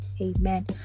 Amen